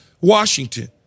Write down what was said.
Washington